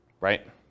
right